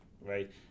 right